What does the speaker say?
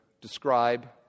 describe